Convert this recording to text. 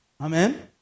Amen